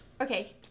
okay